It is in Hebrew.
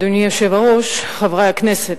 אדוני היושב-ראש, חברי הכנסת,